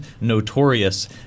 notorious